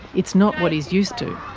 it's not what he's used to.